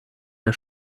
der